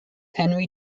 henry